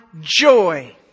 joy